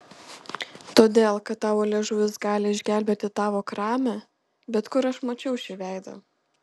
todėl kad tavo liežuvis gali išgelbėti tavo kramę bet kur aš mačiau šį veidą